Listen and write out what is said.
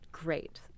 great